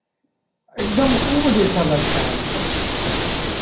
एक दम ऊब जैसा लगता है अब